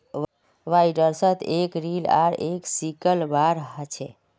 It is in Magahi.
बाइंडर्सत एक रील आर एक सिकल बार ह छे